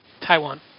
Taiwan